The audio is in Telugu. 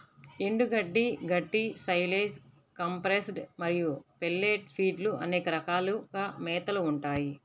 ఎండుగడ్డి, గడ్డి, సైలేజ్, కంప్రెస్డ్ మరియు పెల్లెట్ ఫీడ్లు అనే రకాలుగా మేతలు ఉంటాయి